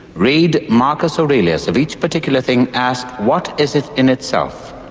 read marcus aurelius of each particular thing ask what is it in itself,